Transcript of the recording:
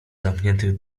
zamkniętych